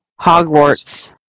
Hogwarts